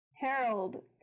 Harold